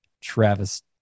Travis